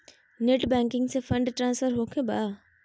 Net banking से fund transfer होखें बा?